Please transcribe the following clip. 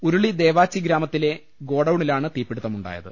ഉരുളി ദേവാച്ചി ഗ്രാമത്തിലെ ഗോഡൌണിലാണ് തീപിടുത്തമുണ്ടായത്